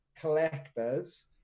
collectors